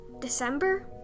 december